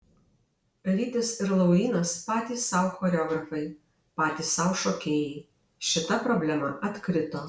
rytis ir laurynas patys sau choreografai patys sau šokėjai šita problema atkrito